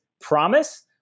promise